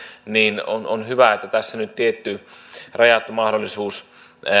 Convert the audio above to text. niin on on hyvä että tässä nyt tietty rajattu mahdollisuus